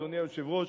אדוני היושב-ראש,